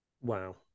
wow